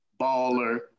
baller